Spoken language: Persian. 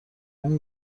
اون